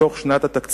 בתוך שנת התקציב,